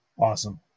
Awesome